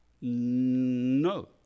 No